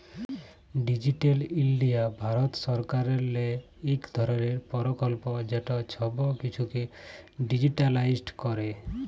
digital India Bharat সরকারেরলে ইক ধরলের পরকল্প যেট ছব কিছুকে ডিজিটালাইস্ড ক্যরে